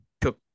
took